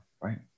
right